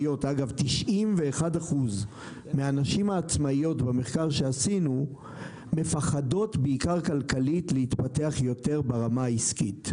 91% מהנשים העצמאיות מפחדות כלכלית להתפתח יותר ברמה העסקית.